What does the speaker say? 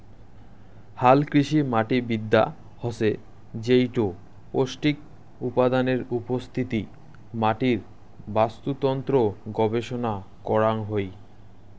হালকৃষিমাটিবিদ্যা হসে যেইটো পৌষ্টিক উপাদানের উপস্থিতি, মাটির বাস্তুতন্ত্র গবেষণা করাং হই